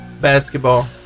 basketball